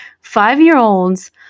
five-year-olds